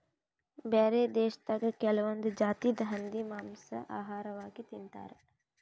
ಬ್ಯಾರೆ ದೇಶದಾಗ್ ಕೆಲವೊಂದ್ ಜಾತಿದ್ ಹಂದಿ ಮಾಂಸಾ ಆಹಾರವಾಗ್ ತಿಂತಾರ್